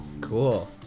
cool